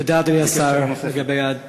תודה, אדוני השר, על התשובות.